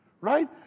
right